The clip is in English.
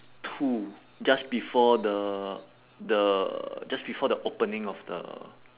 two just before the the just before the opening of the